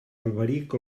alberic